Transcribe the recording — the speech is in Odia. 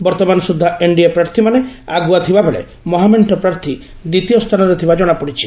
ବର୍ଉମାନ ସୁଛା ଏନ୍ଡିଏ ପ୍ରାର୍ଥୀମାନେ ଆଗୁଆ ଥିବାବେଳେ ମହାମେଙ୍କ ପ୍ରାର୍ଥୀ ଦ୍ୱିତୀୟ ସ୍ଥାନରେ ଥିବା ଜଶାପଡିଛି